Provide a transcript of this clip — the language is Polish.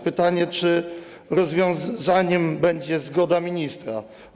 Pytanie, czy rozwiązaniem będzie zgoda ministra.